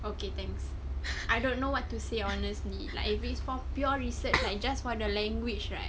okay thanks I don't know what to say honestly like it's for pure research like you just want the language right